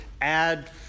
add